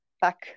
back